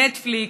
נטפליקס,